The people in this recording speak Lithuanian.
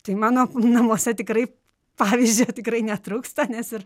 tai mano namuose tikrai pavyzdžio tikrai netrūksta nes ir